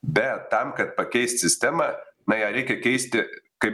bet tam kad pakeist sistemą na ją reikia keisti kaip